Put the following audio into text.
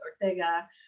Ortega